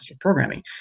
programming